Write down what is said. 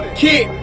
kick